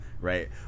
right